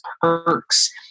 perks